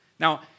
Now